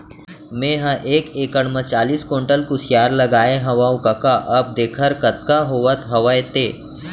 मेंहा एक एकड़ म चालीस कोंटल कुसियार लगाए हवव कका अब देखर कतका होवत हवय ते